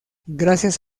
gracias